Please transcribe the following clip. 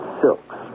silks